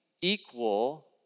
equal